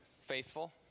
Faithful